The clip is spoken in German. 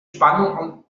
spannung